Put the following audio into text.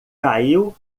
caiu